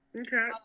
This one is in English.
Okay